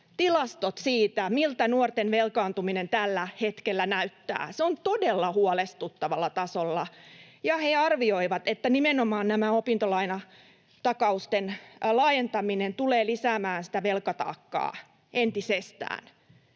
tilastot siitä, miltä nuorten velkaantuminen tällä hetkellä näyttää. Se on todella huolestuttavalla tasolla. He arvioivat, että nimenomaan tämä opintolainatakausten laajentaminen tulee lisäämään sitä velkataakkaa entisestään.